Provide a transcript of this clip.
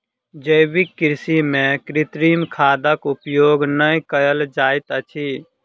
जैविक कृषि में कृत्रिम खादक उपयोग नै कयल जाइत अछि